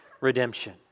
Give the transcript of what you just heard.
redemption